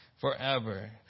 forever